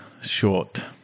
short